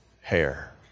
hair